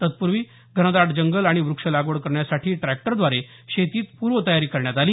तत्पूर्वी घनदाट जंगल आणि व्रक्ष लागवड करण्यासाठी ट्रॅक्टरद्वारे शेतीत पूर्वतयारी करण्यात आली